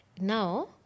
Now